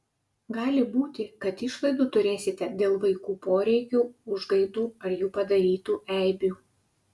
gali būti kad išlaidų turėsite dėl vaikų poreikių užgaidų ar jų padarytų eibių